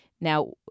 Now